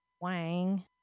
Wang